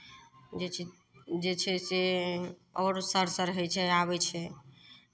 जे छै जे छै से आओर सर सर होइ छै आबै छै